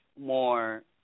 more